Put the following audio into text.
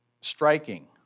striking